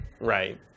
Right